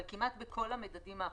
אבל כמעט בכל המדדים האחרים,